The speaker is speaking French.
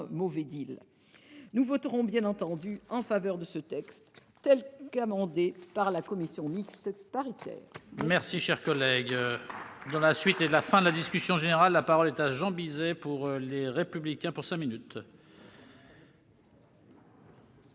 mauvais Nous voterons, bien entendu, en faveur de ce texte tel qu'il a été amendé par la commission mixte paritaire.